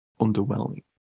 underwhelming